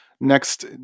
next